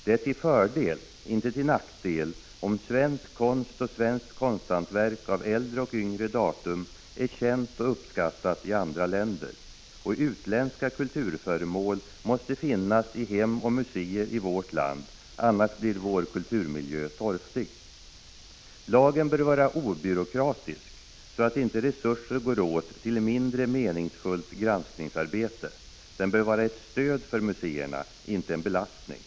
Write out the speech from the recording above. Det är till fördel, inte till nackdel, om svensk konst och svenskt konsthantverk av äldre och yngre datum är känt och uppskattat i andra länder. Och utländska kulturföremål måste finnas i hem och museer i vårt land, annars blir vår kulturmiljö torftig. Prot. 1985/86:50 Lagen bör vara obyråkratisk så att inte resurser går åt till mindre 12 december 1985 meningsfullt granskningsarbete. Den bör vara ett stöd för museerna, inte en belastning.